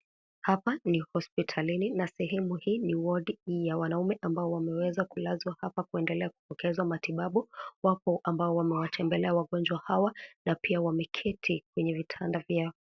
Hapa ni hospitalini na sehemu hii ni wodi ya wanaume ambao wameweza kulazwa hapa kuendelea kupokea matibabu, wako ambao wametembelea wagonjwa hawa na pia wameketi katika vitanda vyao.